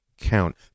count